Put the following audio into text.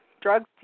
Drugs